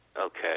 Okay